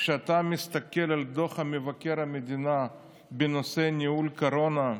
כשאתה מסתכל על דוח מבקר המדינה בנושא ניהול הקורונה,